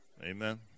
Amen